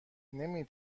نمی